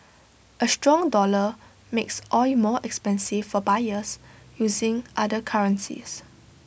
A strong dollar makes oil more expensive for buyers using other currencies